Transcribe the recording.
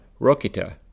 Rokita